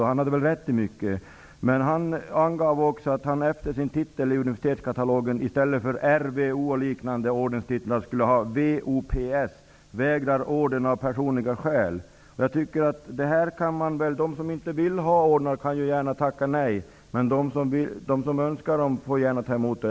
Han hade rätt i mycket, men han angav också att han efter sin titel i universitetskatalogen i stället för RVO och liknande ordenstitlar ville ha VOPS. Det betyder: vägrar orden av personliga skäl. De som inte vill ha ordnar kan ju tacka nej, men de som önskar sådana får gärna ta emot dem.